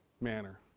manner